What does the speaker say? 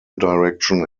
direction